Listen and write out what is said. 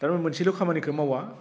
थारमाने मोनसेल' खामानिखौ मावा